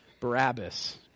Barabbas